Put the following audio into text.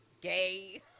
Gay